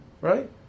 Right